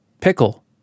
pickle